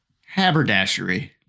haberdashery